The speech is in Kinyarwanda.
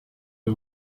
ibi